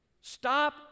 stop